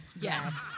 Yes